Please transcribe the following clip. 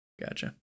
gotcha